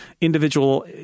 individual